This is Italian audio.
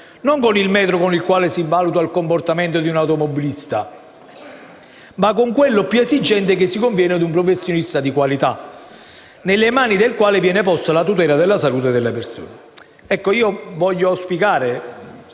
non con il metro con il quale si valuta il comportamento di un automobilista, ma con quello sicuramente più esigente che si conviene ad un professionista di qualità, nelle mani del quale viene posta la tutela della salute delle persone.